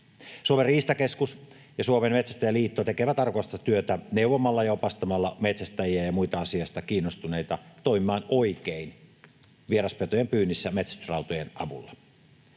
Suomen riistakeskus ja Suomen Metsästäjäliitto tekevät arvokasta työtä neuvomalla ja opastamalla metsästäjiä ja muita asiasta kiinnostuneita toimimaan oikein vieraspetojen pyynnissä metsästysrautojen avulla.